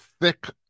thick